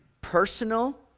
personal